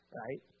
right